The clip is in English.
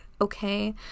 okay